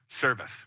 service